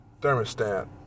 thermostat